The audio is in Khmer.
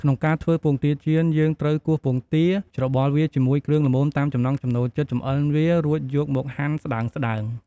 ក្នុងការធ្វើពងទាចៀន យើងត្រូវគោះពងទា ច្របល់វាជាមួយគ្រឿងល្មមតាមចំណង់ចំណូលចិត្ត ចម្អិនវា រួចយកមកហាន់ស្តើងៗ។